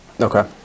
Okay